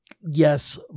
yes